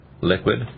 liquid